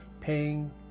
paying